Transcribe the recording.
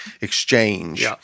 exchange